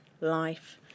life